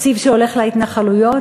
תקציב שהולך להתנחלויות.